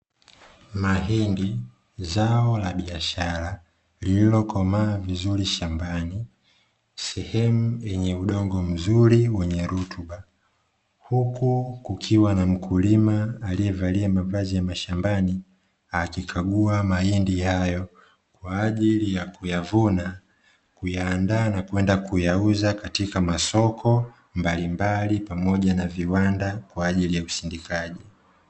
Mahindi, zao la biashara lililokomaa vizuri shambani, sehemu yenye udongo mzuri wenye rutuba, huku kukiwa na mkulima aliyevalia mavazi ya mashambani akikagua mahindi hayo kwa ajili ya kuyavuna, kuyaandaa na kwenda kuyauza katika masoko mbalimbali pamoja na viwanda kwa ajili ya usindikaji.